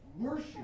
worship